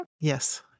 Yes